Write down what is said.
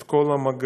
את כל המגעים,